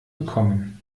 willkommen